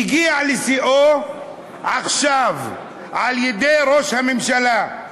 והגיע לשיאו עכשיו על-ידי ראש הממשלה.